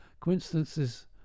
Coincidences